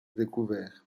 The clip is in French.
découverts